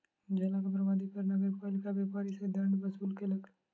जलक बर्बादी पर नगरपालिका व्यापारी सॅ दंड वसूल केलक